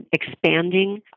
expanding